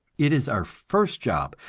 it is our first job,